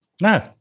No